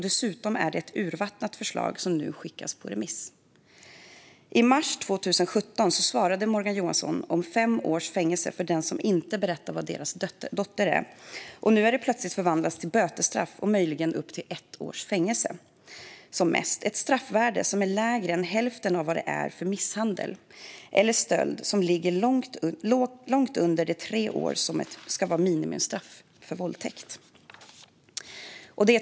Dessutom är det ett urvattnat förslag som skickats på remiss. I mars 2017 talade Morgan Johansson om fem års fängelse för dem som inte berättar var deras dotter är. Nu är det plötsligt förvandlat till bötesstraff och möjligen upp till ett års fängelse, ett straffvärde som är lägre än hälften av straffvärdet för misshandel eller stöld och som ligger långt under de tre år som ska vara minimistraff för våldtäkt.